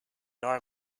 are